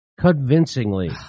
convincingly